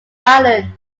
island